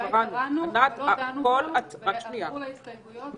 אולי קראנו, אבל לא דנו בו, ועברו להסתייגויות.